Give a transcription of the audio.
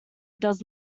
does